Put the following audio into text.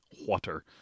water